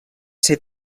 ser